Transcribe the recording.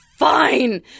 Fine